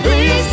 Please